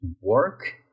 work